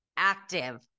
active